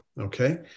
okay